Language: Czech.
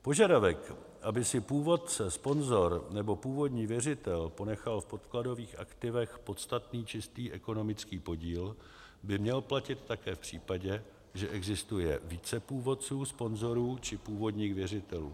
Požadavek, aby si původce, sponzor nebo původní věřitel ponechal v podkladových aktivech podstatný čistý ekonomický podíl, by měl platit také v případě, že existuje více původců, sponzorů či původních věřitelů.